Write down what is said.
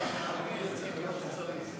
נעביר את זה כמו שצריך.